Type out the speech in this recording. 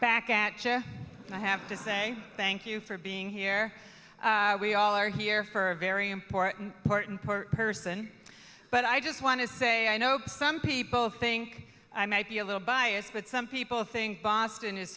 back at i have to say thank you for being here we all are here for a very important part and per person but i just want to say i know some people think i might be a little biased but some people think boston is